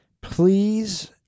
please